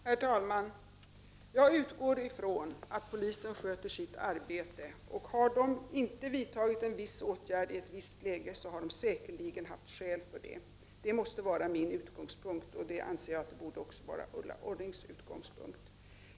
Herr talman! Jag utgår ifrån att poliser sköter sitt arbete. Har polisen inte vidtagit en viss åtgärd i ett visst läge har man säkerligen haft skäl för det. Det måste vara min utgångspunkt, och det borde, anser jag, vara också Ulla Orrings utgångspunkt.